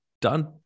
done